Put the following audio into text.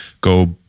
go